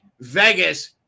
Vegas